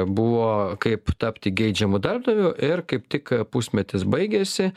buvo kaip tapti geidžiamu darbdaviu ir kaip tik pusmetis baigėsi